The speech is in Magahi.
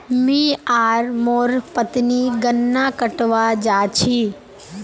मी आर मोर पत्नी गन्ना कटवा जा छी